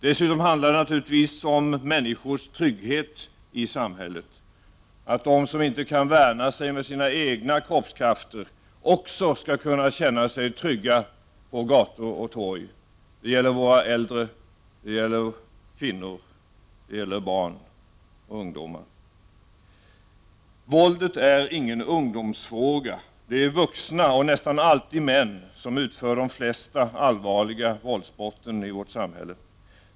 Dessutom handlar det naturligtvis om människors trygghet i samhället — att de som inte kan värna sig med sina egna kroppskrafter också skall kunna känna sig trygga på gator och torg. Det gäller våra äldre, det gäller kvinnor, det gäller barn och ungdomar. Våldet är ingen ungdomsfråga. Det är vuxna — och nästan alltid män — som utför de flesta allvarliga våldsbrotten i vårt samhälle.